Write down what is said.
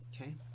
okay